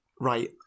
Right